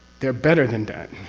they're better than that!